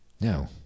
No